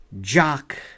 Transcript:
jock